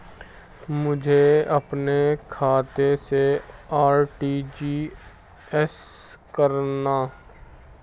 मुझे अपने खाते से आर.टी.जी.एस करना?